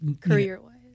Career-wise